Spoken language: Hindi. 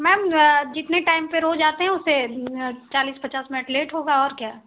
मेम जितने टाइम पर रोज आते हैं उसे चालीस पचास मिनट लेट होगा और क्या